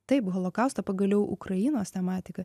taip holokaustą pagaliau ukrainos tematika